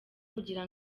kugira